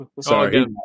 Sorry